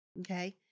okay